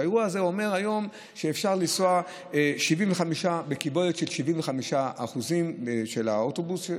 האירוע הזה אומר שהיום אפשר לנסוע בקיבולת של 75% של האוטובוס.